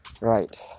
right